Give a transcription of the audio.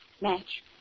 Match